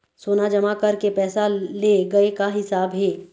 सोना जमा करके पैसा ले गए का हिसाब हे?